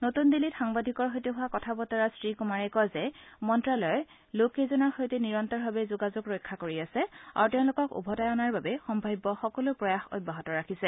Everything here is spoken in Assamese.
নতূন দিল্লীত সাংবাদিকৰ সৈতে হোৱা কথা বতৰাত শ্ৰীকূমাৰে কয় যে মন্তালয়ে লোকসেইজনৰ সৈতে নিৰন্তৰভাৱে যোগাযোগ ৰক্ষা কৰি আছে আৰু তেওঁলোকক ওভতাই অনাৰ বাবে সম্ভাৱ্য সকলো প্ৰয়াস অব্যাহত ৰাখিছে